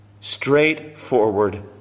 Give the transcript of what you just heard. straightforward